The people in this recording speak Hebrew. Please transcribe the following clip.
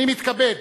אני מתכבד